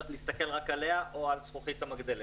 להסתכל רק עליה או על זכוכית המגדלת.